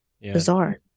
bizarre